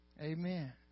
Amen